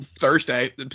Thursday